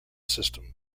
system